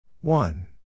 One